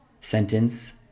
sentence